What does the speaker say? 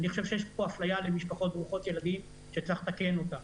אני חושב שיש פה הפלייה כלפי משפחות ברוכות ילדים וצריך לתקן אותה.